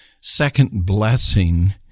second-blessing